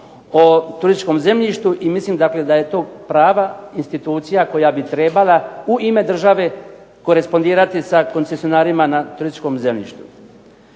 o turističkom zemljištu. I mislim dakle da je to prava institucija koja bi trebala u ime države korespondirati sa koncesionarima na turističkom zemljištu.